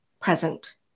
present